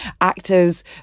actors